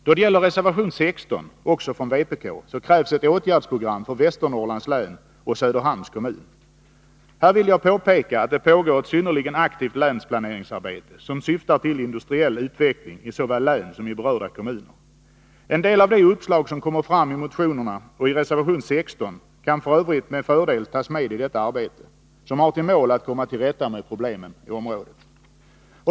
I reservation 16, också från vpk, krävs ett åtgärdsprogram för Västernorrlands län och Söderhamns kommun. Här vill jag påpeka att det pågår ett synnerligen aktivt länsplaneringsarbete, som syftar till en industriell utveckling såväl i länen som i berörda kommuner. En del av de uppslag som kommer fram i motionerna och i reservation 16 kan f. ö. med fördel tas med i detta arbete, som har till mål att komma till rätta med problemen i området.